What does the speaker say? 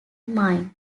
mind